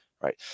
right